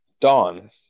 Dawn